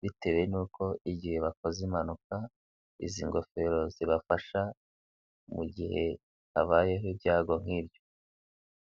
bitewe n'uko igihe bakoze impanuka, izi ngofero zibafasha mu gihe habayeho ibyago nk'ibyo.